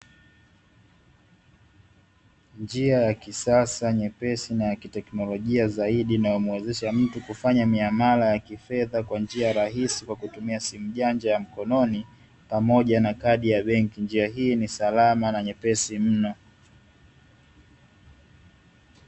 Njia ya kisasa nyepesi na ya teknolojia zaidi na umuwezesha mtu kufanya miang'ara ya kifedha kwa njia rahisi kwa kutumia simu janja ya mkononi pamoja na kadi ya benki njia hii ni salama na nyepesi mno